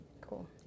Cool